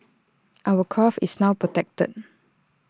our craft is now protected